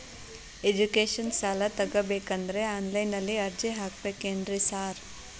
Education ಸಾಲ ತಗಬೇಕಂದ್ರೆ online ನಲ್ಲಿ ಅರ್ಜಿ ಹಾಕ್ಬೇಕೇನ್ರಿ ಸಾರ್?